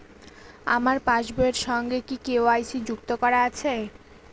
আমার পাসবই এর সঙ্গে কি কে.ওয়াই.সি যুক্ত করা আছে?